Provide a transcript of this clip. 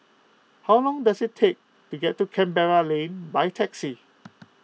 how long does it take to get to Canberra Lane by taxi